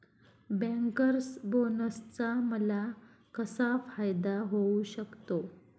Bankers बोनसचा मला कसा फायदा होऊ शकतो?